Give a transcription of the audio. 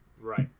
Right